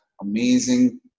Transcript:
amazing